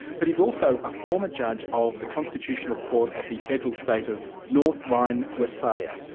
but he's also a former judge of the constitutional court of the federal state of north rhine, westphalia.